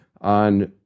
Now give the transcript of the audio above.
on